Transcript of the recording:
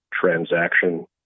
Transaction